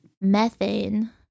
methane